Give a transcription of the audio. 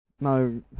no